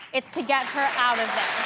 it's to get her out of there.